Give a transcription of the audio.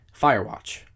Firewatch